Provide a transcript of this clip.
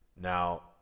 now